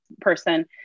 person